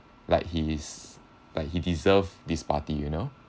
like he's like he deserve this party you know